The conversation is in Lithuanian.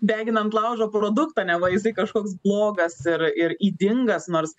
degina ant laužo produktą neva jisai kažkoks blogas ir ir ydingas nors